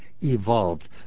evolved